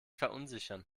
verunsichern